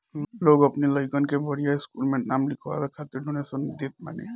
लोग अपनी लइकन के बढ़िया स्कूल में नाम लिखवाए खातिर डोनेशन देत बाने